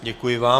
Děkuji vám.